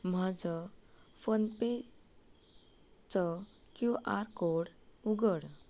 म्हजो फोन पे चो Q R code उगड